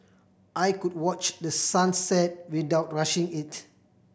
I could watch the sun set without rushing it